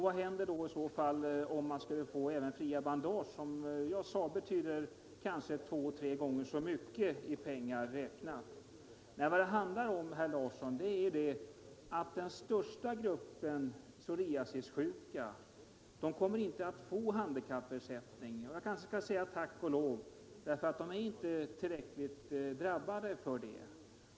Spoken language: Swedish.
Vad händer i så fall om de psoriasissjuka även skulle få fria bandage, som betyder kanske två tre gånger så mycket i pengar räknat? Nej, vad det handlar om, herr Larsson, är att den största gruppen psoriasissjuka inte kommer att få handikappersättning — tack och lov, kanske jag skall säga — därför att de inte är tillräckligt drabbade för det.